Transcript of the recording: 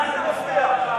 למי זה מפריע?